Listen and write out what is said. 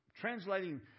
translating